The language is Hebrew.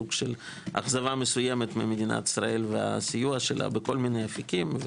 סוג של אכזבה מסוימת ממדינת ישראל והסיוע שלה בכל מיני אפיקים.